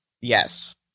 yes